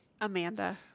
Amanda